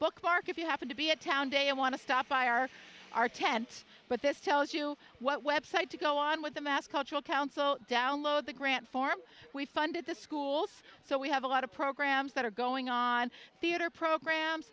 bookmark if you happen to be a town day and want to stop by our our tent but this tells you what website to go on with the mass cultural council download the grant form we funded the schools so we have a lot of programs that are going on theater programs